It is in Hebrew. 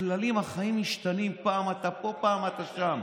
הכללים, החיים, משתנים, פעם אתה פה, פעם אתה שם.